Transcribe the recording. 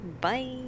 Bye